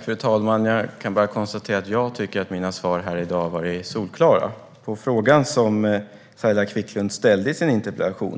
Fru talman! Jag tycker att mina svar här i dag var solklara. Den fråga som Saila Quicklund ställde i sin interpellation